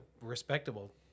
respectable